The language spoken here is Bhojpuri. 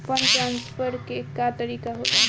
फंडट्रांसफर के का तरीका होला?